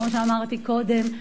כמו שאמרתי קודם,